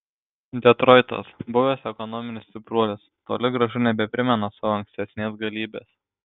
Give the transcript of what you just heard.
detroitas buvęs ekonominis stipruolis toli gražu nebeprimena savo ankstesnės galybės